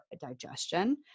digestion